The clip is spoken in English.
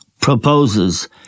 proposes